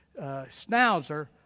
schnauzer